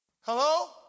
Hello